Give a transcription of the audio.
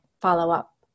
follow-up